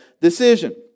decision